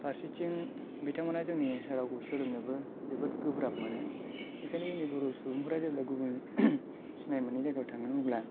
फारसेथिंबिथांमोना जोंनि रावखौ सोलोंनोबो जोबोद गोब्राब मोनो बेखायनो जोंनि बर' सुबुंफ्रा जेब्ला गुबुन सिनाय मोनै जायगायाव थाङो अब्ला